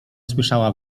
słyszała